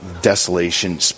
desolation